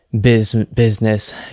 business